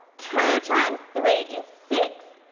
two times three is six.